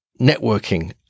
networking